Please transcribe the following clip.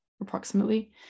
approximately